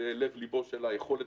זה לב ליבו של היכולת